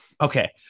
okay